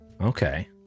Okay